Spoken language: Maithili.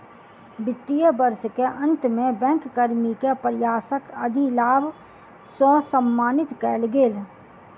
वित्तीय वर्ष के अंत में बैंक कर्मी के प्रयासक अधिलाभ सॅ सम्मानित कएल गेल